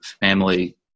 family